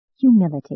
humility